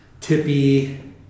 Tippy